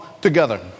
together